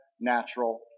natural